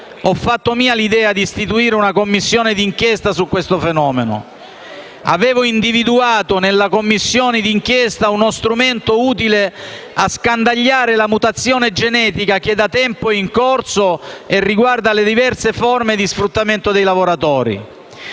ho fatto mia l'idea di istituire una Commissione d'inchiesta su questo fenomeno. Avevo individuato nella Commissione d'inchiesta uno strumento utile a scandagliare la mutazione genetica che da tempo è in corso e che riguarda le diverse forme di sfruttamento dei lavoratori.